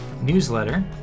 newsletter